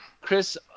Chris